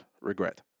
regret